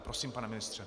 Prosím, pane ministře.